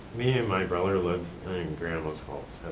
my brother live in grandma's house,